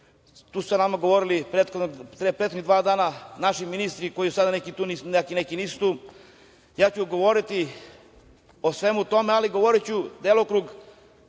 su sa nama govorili prethodna dva dana naši ministri koji su sada neki tu, neki nisu tu. Ja ću govoriti o svemu tome, ali govoriću o delokrugu